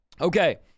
Okay